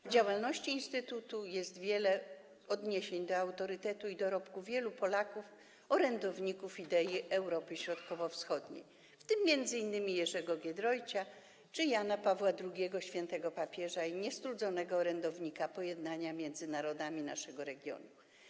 W działalności instytutu jest wiele odniesień do autorytetu i dorobku wielu Polaków, orędowników idei Europy Środkowo-Wschodniej, w tym m.in. Jerzego Giedroycia czy Jana Pawła II, świętego papieża i niestrudzonego orędownika pojednania między narodami naszego regionu.